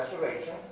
saturation